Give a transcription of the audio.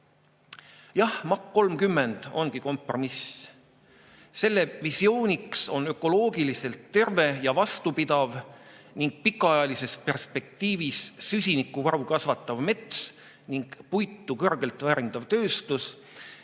Jah, MAK 30 ongi kompromiss. Selle visiooniks on ökoloogiliselt terve ja vastupidav ning pikaajalises perspektiivis süsinikuvaru kasvatav mets ja puitu kõrgelt väärindav tööstus,